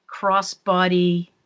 crossbody